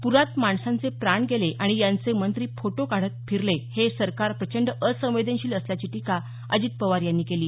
पुरात माणसांचे प्राण गेले आणि यांचे मंत्री फोटो काढत फिरले हे सरकार प्रचंड असंवेदनशील असल्याची टीका अजित पवार यांनी केली